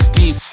deep